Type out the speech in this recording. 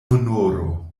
honoro